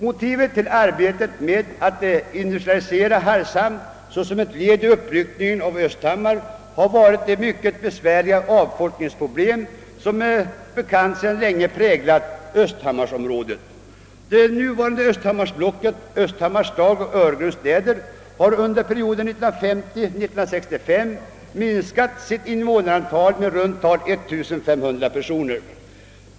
Motivet till arbetet med att industrialisera Hargshamn såsom ett led i uppryckningen av Östhammar har varit de mycket besvärliga avfolkningsproblem, vilka som bekant sedan länge präglat östhammarsområdet. Det nuvarande Östhammarsblocket — Östhammars och Öregrunds städer — har under perioden 1950—1965 minskat sitt invånarantal med i runt tal 1500 personer.